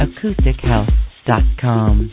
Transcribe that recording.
AcousticHealth.com